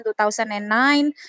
2009